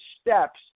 steps